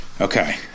Okay